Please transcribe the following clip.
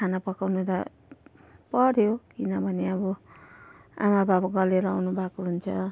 खाना पकाउनु त पऱ्यो किनभने अब आमा बाबा गलेर आउनु भएको हुन्छ